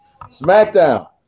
smackdown